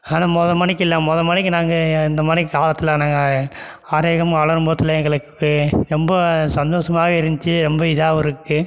ஆனால் மொதல் மாதிரிக்கி இல்லை மொதல் மாதிரிக்கி நாங்கள் அந்த மாதிரி காலத்தில் நாங்கள் ஆரோக்கியமாக வளரும் போதில் எங்களுக்கு ரொம்ப சந்தோஷமா இருந்துச்சு ரொம்ப இதாகவும் இருக்குது